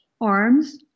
arms